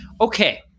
okay